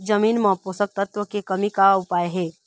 जमीन म पोषकतत्व के कमी का उपाय हे?